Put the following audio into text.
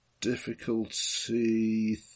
difficulty